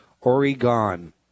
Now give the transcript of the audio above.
Oregon